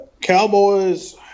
Cowboys